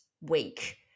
week